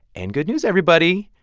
and good news, everybody.